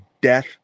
death